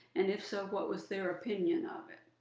and if so, what was their opinion of it.